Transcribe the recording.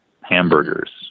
hamburgers